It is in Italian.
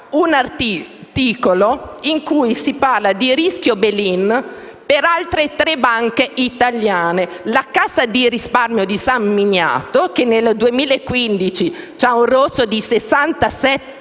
un articolo in cui si parla di rischio *bail in* per altre tre banche italiane: la Cassa di risparmio di San Miniato (che nel 2015 ha registrato un